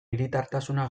hiritartasuna